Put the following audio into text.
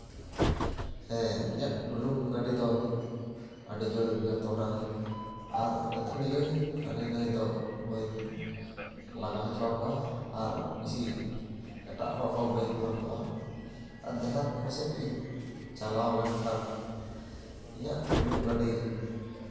ᱦᱮᱸ ᱤᱧᱟᱹᱜ ᱰᱩᱞᱩᱝ ᱜᱟᱹᱰᱤ ᱫᱚ ᱟᱹᱰᱤ ᱡᱳᱨ ᱤᱧ ᱡᱚᱛᱚᱱᱟ ᱟᱨ ᱟᱛᱷᱟᱹᱲᱤᱭᱟᱹ ᱦᱟᱹᱱᱤ ᱱᱟᱹᱭ ᱫᱚ ᱵᱟᱹᱧ ᱞᱟᱜᱟ ᱦᱚᱪᱚ ᱟᱠᱚᱣᱟ ᱟᱨ ᱵᱮᱥᱤ ᱮᱴᱟᱜ ᱦᱚᱲ ᱠᱚ ᱵᱟᱹᱧ ᱮᱢᱟ ᱠᱚᱣᱟ ᱟᱨ ᱡᱟᱦᱟᱸ ᱠᱚᱥᱮᱫ ᱤᱧ ᱪᱟᱞᱟᱣ ᱞᱮᱱᱠᱷᱟᱱ ᱤᱧᱟᱹᱜ ᱰᱩᱞᱩᱝ ᱜᱟᱹᱰᱤ